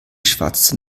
schwatzte